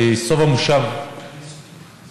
בסוף המושב האחרון,